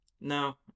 No